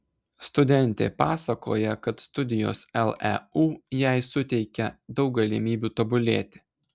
studentė pasakoja kad studijos leu jai suteikia daug galimybių tobulėti